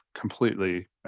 completely